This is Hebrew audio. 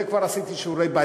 בזה כבר עשיתי שיעורי-בית.